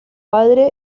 padre